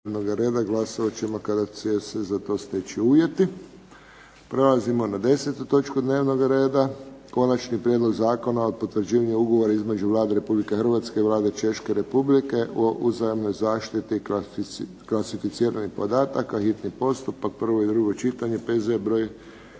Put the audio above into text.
**Friščić, Josip (HSS)** Prelazimo na 10. točku dnevnog reda, - Konačni prijedlog Zakona o potvrđivanju ugovora između Vlada Republike Hrvatske i Vlade Češke Republike o uzajamnoj zaštiti klasificiranih podataka, hitni postupak, prvo i drugo čitanje, P.Z. broj